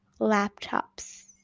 laptops